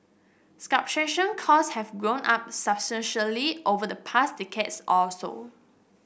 cost have gone up substantially over the past decades or so